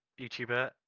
YouTuber